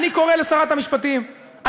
וכשהמדינה כבר משקיעה